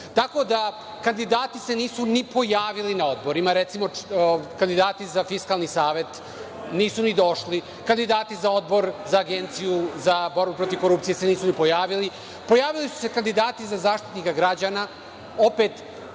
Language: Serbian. da, kandidati se nisu ni pojavili na odborima, recimo, kandidati za Fiskalni savet nisu ni došli, kandidati za Odbor za Agenciju za borbu protiv korupcije se nisu ni pojavili. Pojavili su se kandidati za Zaštitnika građana, opet